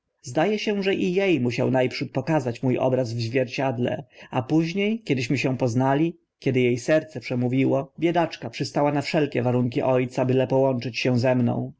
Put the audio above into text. e się że i e musiał na przód pokazać mó obraz w zwierciedle a późnie kiedyśmy się poznali kiedy e serce przemówiło biedaczka przystała na wszelkie warunki o ca byle połączyć się ze mną